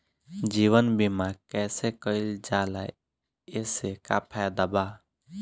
जीवन बीमा कैसे कईल जाला एसे का फायदा बा?